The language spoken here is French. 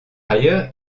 ailleurs